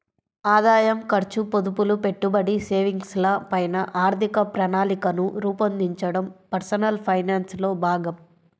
ఆదాయం, ఖర్చు, పొదుపులు, పెట్టుబడి, సేవింగ్స్ ల పైన ఆర్థిక ప్రణాళికను రూపొందించడం పర్సనల్ ఫైనాన్స్ లో భాగం